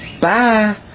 Bye